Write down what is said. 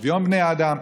שוויון בין בני אדם?